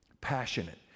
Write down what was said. passionate